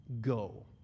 Go